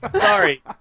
sorry